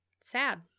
Sad